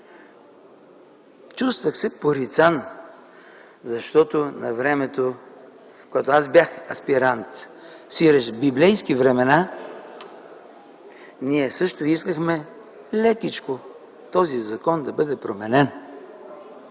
Чувствах се порицан, защото навремето, когато аз бях аспирант, сиреч – в библейски времена, ние също искахме лекичко този закон да бъде променен.